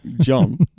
John